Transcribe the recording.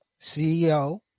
CEO